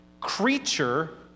creature